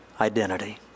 identity